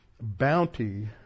bounty